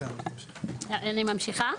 אני ממשיכה?